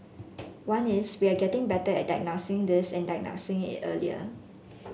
one is we are getting better at diagnosing this and diagnosing it earlier